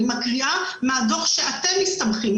אני מקריאה מן הדוח שאתם מסתמכים עליו,